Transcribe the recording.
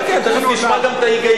כן, כן, תיכף גם תשמע את ההיגיון.